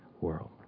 world